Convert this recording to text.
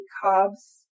cobs